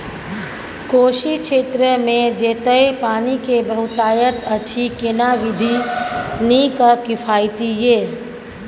कोशी क्षेत्र मे जेतै पानी के बहूतायत अछि केना विधी नीक आ किफायती ये?